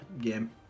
game